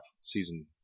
season